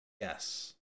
Yes